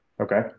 okay